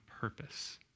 purpose